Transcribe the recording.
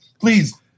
please